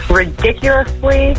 ridiculously